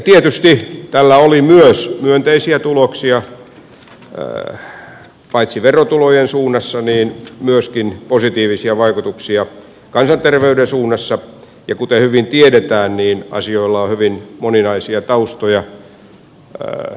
tietysti tällä oli myös myönteisiä tuloksia paitsi verotulojen suunnassa myöskin positiivisia vaikutuksia kansanterveyden suunnassa ja kuten hyvin tiedetään niin asioilla on hyvin moninaisia taustoja